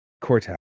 cortex